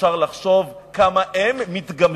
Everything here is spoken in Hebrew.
אפשר לחשוב כמה הם מתגמשים.